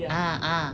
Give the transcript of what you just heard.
ah ah